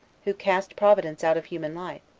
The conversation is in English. who cast providence out of human life,